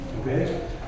Okay